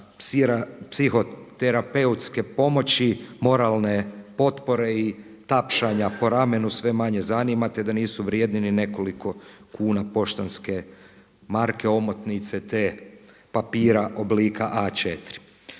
psihoterapeutske pomoći, moralne potpore i tapšanja po ramenu sve manje zanima te da nisu vrijedni ni nekoliko kuna poštanske marke, omotnice, te papira oblika A4.